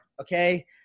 okay